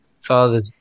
father